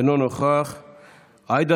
תיקון 29. עיסאווי,